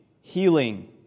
healing